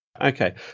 Okay